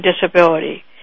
disability